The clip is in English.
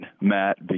Matt